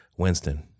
Winston